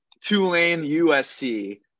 Tulane-USC